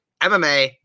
MMA